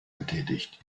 getätigt